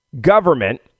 government